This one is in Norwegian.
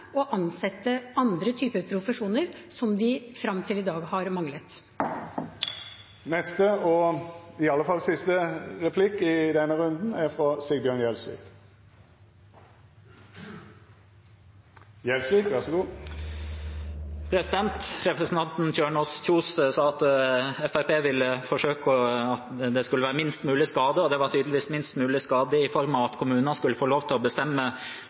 å ansette i andre typer profesjoner som vi frem til i dag har manglet. Representanten Kjønaas Kjos sa at Fremskrittspartiet ville forsøke at det skulle være minst mulig skade, og det var tydeligvis minst mulig skade i form av at kommunene skulle få lov til å bestemme